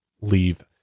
leave